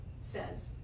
says